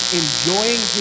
enjoying